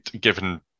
given